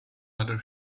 other